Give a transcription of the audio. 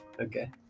Okay